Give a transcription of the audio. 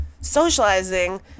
socializing